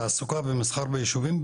תעסוקה ומסחר ביישובים,